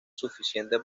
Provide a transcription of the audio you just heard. suficiente